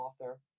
author